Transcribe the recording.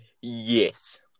Yes